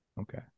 okay